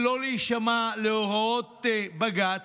לא להישמע להוראות בג"ץ,